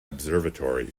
observatory